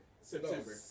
September